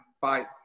fight